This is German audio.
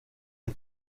ein